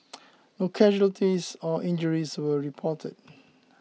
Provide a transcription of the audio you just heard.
no casualties or injuries were reported